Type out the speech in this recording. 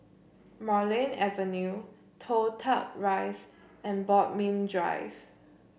Marlene Avenue Toh Tuck Rise and Bodmin Drive